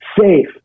safe